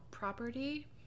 Property